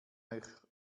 euch